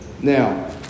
Now